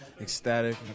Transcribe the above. ecstatic